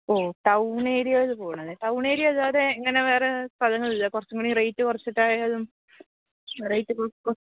ഓ town ഏരിയയിൽ പോണമല്ലേ town area അല്ലാതെ ഇങ്ങനെ വേറേ സ്ഥലങ്ങളില്ല കുറച്ചും കൂടി റേറ്റ് കുറച്ചിട്ടായാലും റേറ്റ് കൊ കൊ